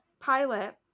pilot